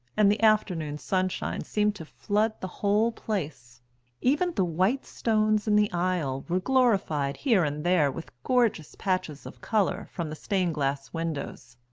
and the afternoon sunshine seemed to flood the whole place even the white stones in the aisle were glorified here and there with gorgeous patches of colour from the stained glass windows.